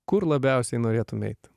kur labiausiai norėtum eit